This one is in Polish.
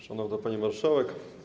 Szanowna Pani Marszałek!